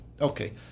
Okay